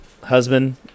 husband